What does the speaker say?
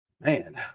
Man